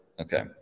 Okay